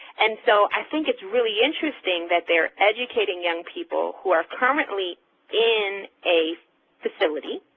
and so i think it's really interesting that they're educating young people who are currently in a facility,